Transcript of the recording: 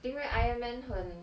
因为 iron man 很